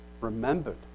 remembered